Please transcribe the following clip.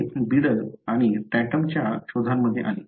हे बीडल आणि टॅटमच्या शोधांमधून आले